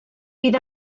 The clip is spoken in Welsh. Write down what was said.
bydd